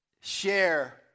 share